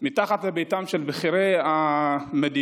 מתחת לביתם של בכירי המדינה,